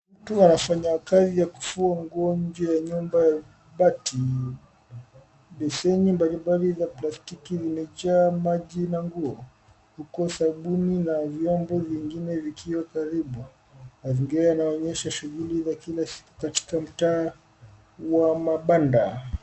Mtu anafanya kazi ya kufua nguo nje ya nyumba ya mabati. Beseni mbalimbali ya plastiki imejaa maji na nguo huku sabuni na vyombo vingine vikiwa karibu . Mazingira yanaonyesha shughuli za kila siku katika mtaa wa mabanda.